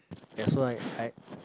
that's why I